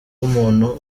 umuntu